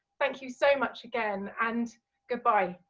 thank you so much again, and goodbye.